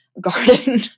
garden